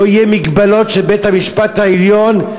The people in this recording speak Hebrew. לא יהיו מגבלות לבית-המשפט העליון,